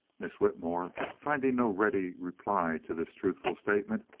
miss whitmore, finding no ready reply to this truthful statement,